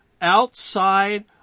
outside